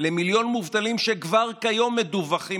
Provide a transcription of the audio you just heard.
אם כך הוא המצב אחרי חצי שנה מהמגפה,